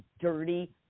dirty